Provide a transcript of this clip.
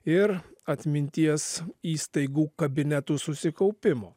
ir atminties įstaigų kabinetų susikaupimo